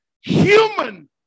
human